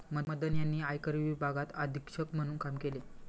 मदन यांनी आयकर विभागात अधीक्षक म्हणून काम केले